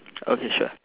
okay sure